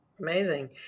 Amazing